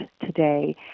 today